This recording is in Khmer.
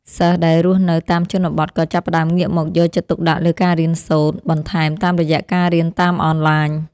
សិស្សដែលរស់នៅតាមជនបទក៏ចាប់ផ្តើមងាកមកយកចិត្តទុកដាក់លើការរៀនសូត្របន្ថែមតាមរយៈការរៀនតាមអនឡាញ។